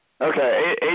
Okay